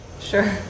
Sure